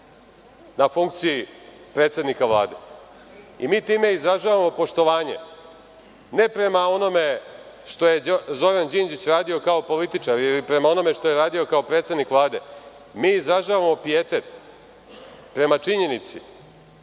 na funkciji predsednika Vlade. Time izražavamo poštovanje, ne prema onome što je Zoran Đinđić radio kao političar ili prema onome što je radio kao predsednik Vlade, mi izražavamo pijetet prema činjenici